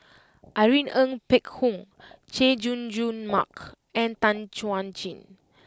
Irene Ng Phek Hoong Chay Jung Jun Mark and Tan Chuan Jin